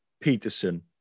Peterson